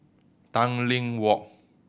Tanglin Walk